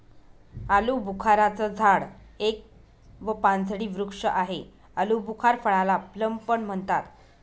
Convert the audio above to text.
आलूबुखारा चं झाड एक व पानझडी वृक्ष आहे, आलुबुखार फळाला प्लम पण म्हणतात